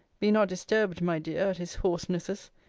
be not disturbed, my dear, at his hoarsenesses!